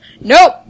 Nope